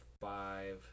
five